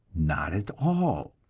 not at all.